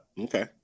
Okay